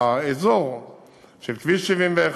האזור של כביש 71,